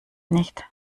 nicht